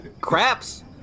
Craps